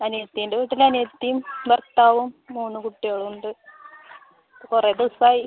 അനിയത്തിൻ്റെ വീട്ടിൽ അനിയത്തിയും ഭർത്താവും മൂന്ന് കുട്ടികളും ഉണ്ട് കുറേ ദിവസമായി